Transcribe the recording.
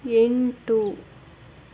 ಎಂಟು